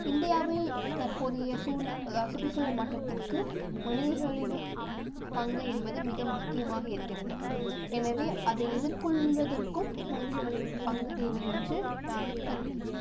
இந்தியாவில் தற்போதய சுற்றுசூழல் மாற்றத்திற்கு மனிதர்களின் பங்கு என்பது மிக முக்கியமாக இருக்கிறது எனவே அதை எதிர்கொள்வதற்கும் மனிதர்களின் பங்கு தேவை என்று நான் கருதுகிறேன்